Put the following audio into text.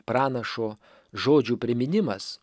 pranašo žodžių priminimas